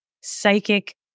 psychic